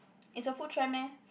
it's a food trend meh